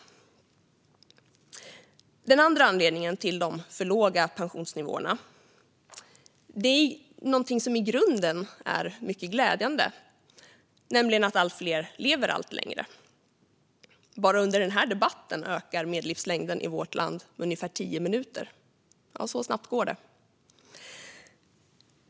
Den andra anledningen till de för låga pensionsnivåerna är något som i grunden är mycket glädjande, nämligen att allt fler lever allt längre. Bara under den här debatten ökar medellivslängden i vårt land med ungefär tio minuter. Så snabbt går det.